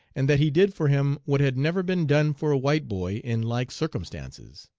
and that he did for him what had never been done for a white boy in like circumstances.